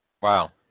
Wow